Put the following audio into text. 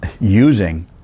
using